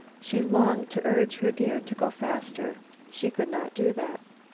she longed to urge her deer to go faster. she could not do that.